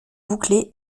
bouclés